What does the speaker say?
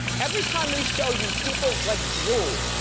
every time we show you people like drool.